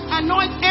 anoint